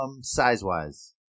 Size-wise